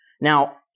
Now